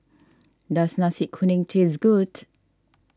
does Nasi Kuning taste good